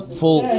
full